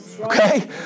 Okay